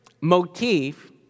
motif